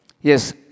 yes